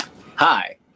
hi